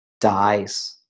dies